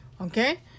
Okay